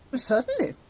certainly!